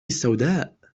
السوداء